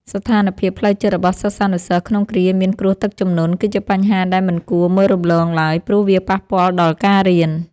ស្ថានភាពផ្លូវចិត្តរបស់សិស្សានុសិស្សក្នុងគ្រាមានគ្រោះទឹកជំនន់ គឺជាបញ្ហាដែលមិនគួរមើលរំលងឡើយ ព្រោះវាប៉ះពាល់ដល់ការរៀន។